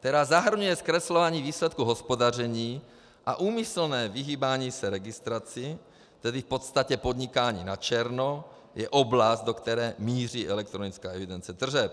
která zahrnuje zkreslování výsledku hospodaření a úmyslné vyhýbání se registraci, tedy v podstatě podnikání na černo, je oblast, do které míří elektronická evidence tržeb.